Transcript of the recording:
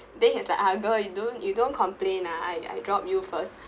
then he's like ah girl you don't you don't complain ah I I drop you first